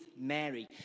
mary